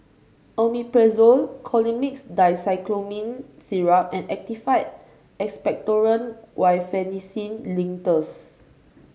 Omeprazole Colimix Dicyclomine Syrup and Actified Expectorant Guaiphenesin Linctus